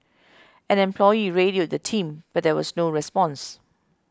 an employee radioed the team but there was no response